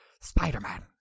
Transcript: Spider-Man